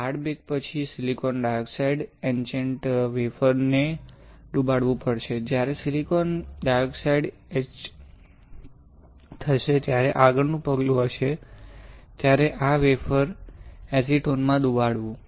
hard bake પછી silicon dioxide ઇચેન્ટમાં wafer ને ડુબાડવુ પડશે જ્યારે સિલિકોન ડાયોક્સાઇડ ઇચ થશે ત્યારે આગળનું પગલું હશે ત્યારે આ વેફર ને એસીટોન માં ડૂબાડવુ